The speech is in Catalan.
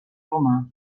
romà